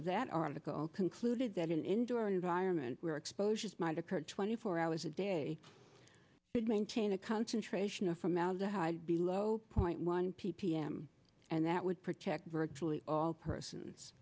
of that article concluded that an indoor environment where exposures might occur twenty four hours a day would maintain a concentration of formaldehyde be low point one ppm and that would protect virtually all persons